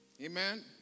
Amen